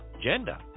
Gender